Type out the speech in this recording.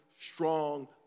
strong